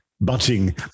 butting